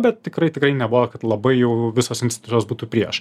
bet tikrai tikrai nebuvo labai jau visos institucijos būtų prieš